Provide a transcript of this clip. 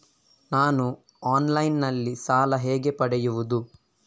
ನಾನು ಆನ್ಲೈನ್ನಲ್ಲಿ ಸಾಲ ಹೇಗೆ ಪಡೆಯುವುದು?